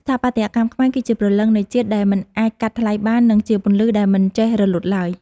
ស្ថាបត្យកម្មខ្មែរគឺជាព្រលឹងនៃជាតិដែលមិនអាចកាត់ថ្លៃបាន និង ជាពន្លឺដែលមិនចេះរលត់ឡើយ។